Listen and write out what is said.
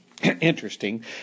interesting